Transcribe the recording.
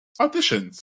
Auditions